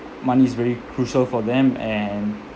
money is very crucial for them and